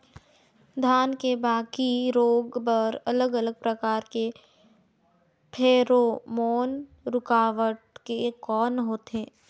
धान के बाकी रोग बर अलग अलग प्रकार के फेरोमोन रूकावट के कौन होथे?